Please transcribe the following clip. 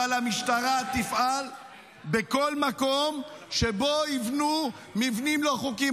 אבל המשטרה תפעל בכל מקום שבו יבנו מבנים לא חוקיים.